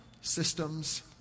systems